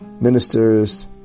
Ministers